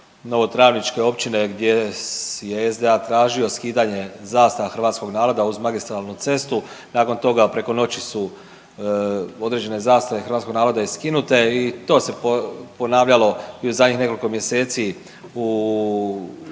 Novotravničke općine gdje je SDA tražio skidanje zastava hrvatskog naroda uz magistralnu cestu, nakon toga preko noći su određene zastave hrvatskog naroda i skinute i to se ponavljalo i u zadnjih nekoliko mjeseci po Srednjoj